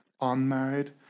unmarried